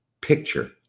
picture